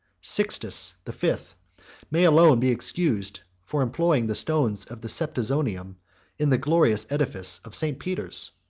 sixtus the fifth may alone be excused for employing the stones of the septizonium in the glorious edifice of st. peter's.